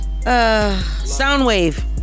Soundwave